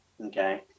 Okay